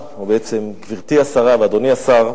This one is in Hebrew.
גברתי השרה ואדוני השר,